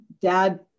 dad